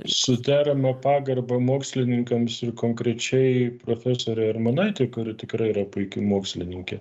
su derama pagarba mokslininkams ir konkrečiai profesorė armonaitė kuri tikrai yra puiki mokslininkė